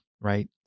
right